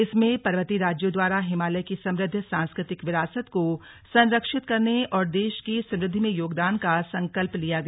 इसमें पर्वतीय राज्यों द्वारा हिमालय की समुद्ध सांस्कृतिक विरासत को संरक्षित करने और देश की समुद्धि में योगदान का संकल्प लिया गया